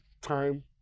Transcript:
time